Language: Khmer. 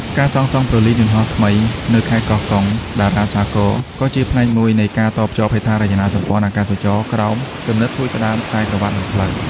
ការសាងសង់ព្រលានយន្តហោះថ្មីនៅខេត្តកោះកុង (តារាសាគរ) ក៏ជាផ្នែកមួយនៃការតភ្ជាប់ហេដ្ឋារចនាសម្ព័ន្ធអាកាសចរណ៍ក្រោម គំនិតផ្ដួចផ្ដើមខ្សែក្រវាត់ និងផ្លូវ។